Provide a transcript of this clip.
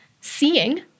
seeing